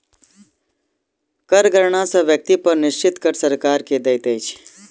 कर गणना सॅ व्यक्ति अपन निश्चित कर सरकार के दैत अछि